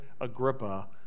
Agrippa